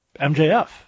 MJF